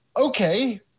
okay